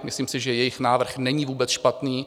Myslím si, že jejich návrh není vůbec špatný.